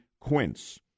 Quince